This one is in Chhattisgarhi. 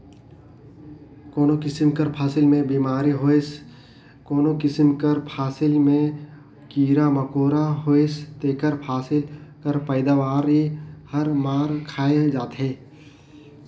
कोनो किसिम कर फसिल में बेमारी होइस कोनो किसिम कर फसिल में कीरा मकोरा होइस तेकर फसिल कर पएदावारी हर मार खाए जाथे